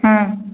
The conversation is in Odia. ହଁ